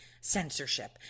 censorship